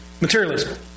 materialism